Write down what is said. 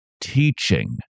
teaching